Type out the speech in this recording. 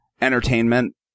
entertainment